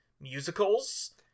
musicals